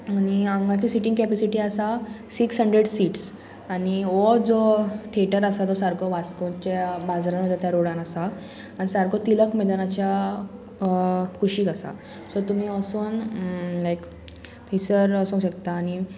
आनी हांगाची sitting capacity आसा सिक्स हंड्रेड सिट्स आनी हो जो थिएटर आसा तो सारको वास्कोच्या बाजारान वयता त्या रोडान आसा आनी सारको तिलक मैदानाच्या कुशीक आसा सो तुमी वोसोन लायक थंयसर वचूंक शकता आनी